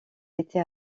était